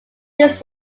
this